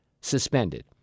suspended